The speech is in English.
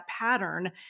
pattern